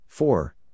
Four